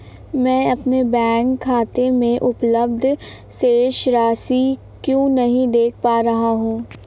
मैं अपने बैंक खाते में उपलब्ध शेष राशि क्यो नहीं देख पा रहा हूँ?